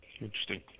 Interesting